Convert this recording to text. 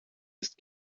ist